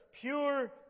pure